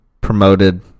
Promoted